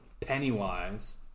Pennywise